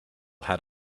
had